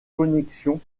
connexion